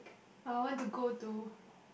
I want to go to